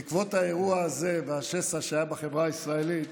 בעקבות האירוע הזה והשסע שהיה בחברה הישראלית